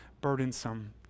burdensome